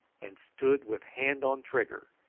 and stood with hand on trigger,